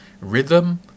rhythm